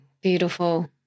Beautiful